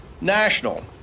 national